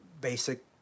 Basic